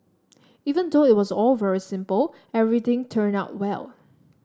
even though it was all very simple everything turned out well